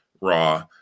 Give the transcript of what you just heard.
raw